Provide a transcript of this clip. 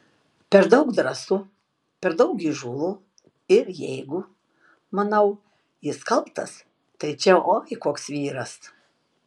per daug drąsu per daug įžūlu ir jeigu manau jis kaltas tai čia oi koks vyras